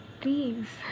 please